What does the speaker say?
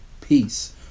peace